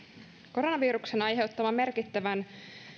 koronaviruksen aiheuttaman merkittävän